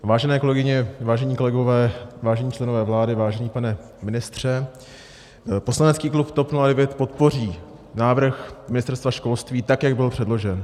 Vážené kolegyně, vážení kolegové, vážení členové vlády, vážený pane ministře, poslanecký klub TOP 09 podpoří návrh Ministerstva školství, tak jak byl předložen.